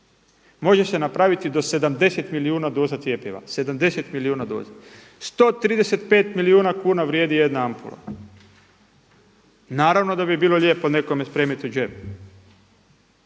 može se napraviti do 70 milijuna doza cjepiva, 135 milijuna kuna vrijedi jedna ampula. Naravno da bi bilo lijepo nekome spremiti u džep.